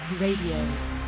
Radio